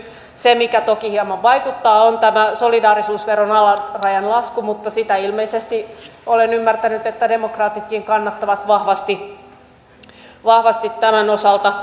se mikä toki hieman vaikuttaa on tämä solidaarisuusveron alarajan lasku mutta sitä ilmeisesti olen ymmärtänyt demokraatitkin kannattavat vahvasti tämän osalta